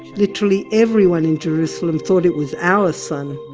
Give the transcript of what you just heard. literally everyone in jerusalem thought it was our son.